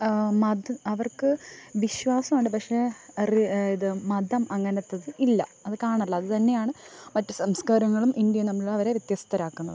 മതം അവർക്ക് വിശ്വാസമുണ്ട് പക്ഷേ അവരുടെ ഇത് മതം അങ്ങനത്തേത് ഇല്ല അത് കാണാനുള്ള അത് തന്നെയാണ് മറ്റ് സംസ്കാരങ്ങളും ഇന്ത്യയും തമ്മിലുള്ള അവരെ വ്യത്യസ്തരാക്കുന്നത്